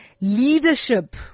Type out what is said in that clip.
leadership